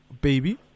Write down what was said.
baby